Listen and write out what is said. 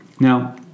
Now